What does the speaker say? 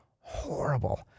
horrible